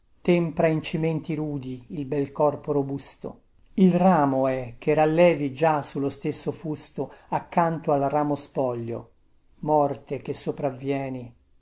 tempra in cimenti rudi il bel corpo robusto il ramo è che rallevi già sullo stesso fusto accanto al ramo spoglio morte che sopravvieni